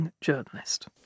journalist